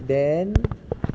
then